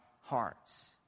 hearts